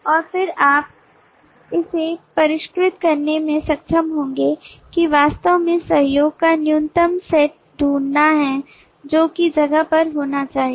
और फिर आप इसे परिष्कृत करने में सक्षम होंगे कि वास्तव में सहयोग का न्यूनतम सेट ढूंढना है जो कि जगह पर होना चाहिए